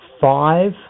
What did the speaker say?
five